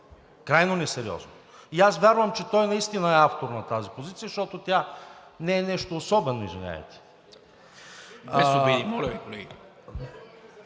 Крайно несериозно. И аз вярвам, че той наистина е автор на тази позиция, защото тя не е нещо особено, извинявайте.